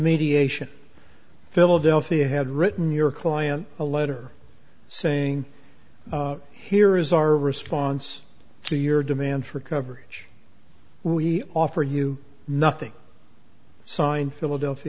mediation philadelphia had written your client a letter saying here is our response to your demand for coverage we offer you nothing saw in philadelphia